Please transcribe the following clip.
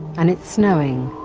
and it's snowing,